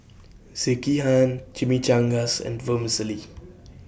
Sekihan Chimichangas and Vermicelli